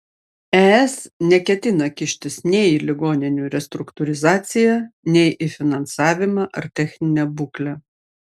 es neketina kištis nei į ligoninių restruktūrizaciją nei į finansavimą ar techninę būklę